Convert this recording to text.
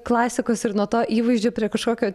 klasikos ir nuo to įvaizdžio prie kažkokio